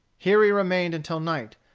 here he remained until night,